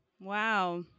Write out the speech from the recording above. Wow